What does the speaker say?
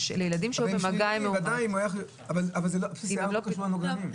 ילד שהיה כל הזמן עם ילדים מאומתים,